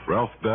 Ralph